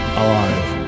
alive